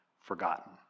forgotten